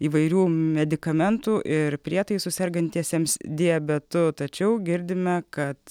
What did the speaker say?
įvairių medikamentų ir prietaisų sergantiesiems diabetu tačiau girdime kad